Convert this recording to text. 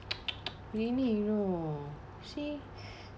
really you know see